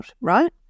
right